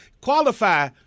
qualify